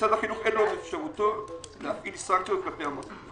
משרד החינוך אין באפשרותו להפעיל סנקציות כלפי המוסד.